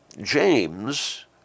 James